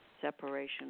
separation